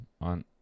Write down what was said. on